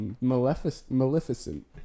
Maleficent